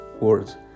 words